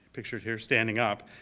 pictured here standing up,